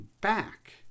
back